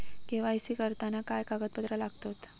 KYC करताना काय कागदपत्रा लागतत?